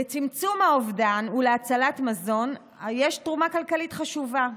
לצמצום האובדן ולהצלת מזון יש תרומה כלכלית חשובה.